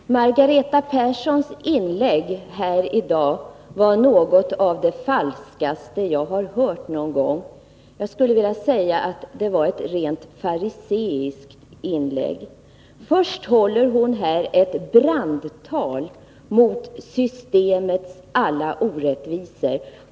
Fru talman! Margareta Perssons inlägg här i dag var något av det falskaste jag någonsin har hört. Jag skulle vilja säga att det var ett rent fariséiskt inlägg. Först håller Margareta Persson här ett brandtal mot systemets alla orättvisor.